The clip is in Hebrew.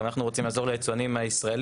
גם אנחנו רוצים לעזור ליצואנים הישראלים